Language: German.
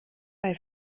bei